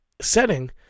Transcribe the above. setting